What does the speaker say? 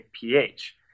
pH